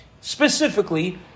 specifically